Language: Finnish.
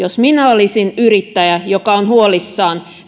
jos minä olisin yrittäjä joka on huolissaan